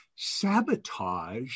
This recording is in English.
Sabotage